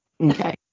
Okay